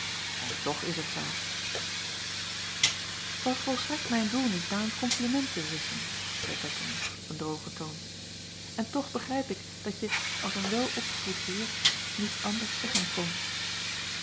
en toch is het zoo t as volstrekt mijn doel niet naar een kompliment te visschen zeî ettemie op een drogen toon en toch begrijp ik dat je als een welopgevoed heer niet anders zeggen kon